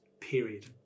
period